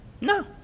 no